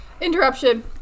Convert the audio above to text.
interruption